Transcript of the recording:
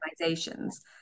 organizations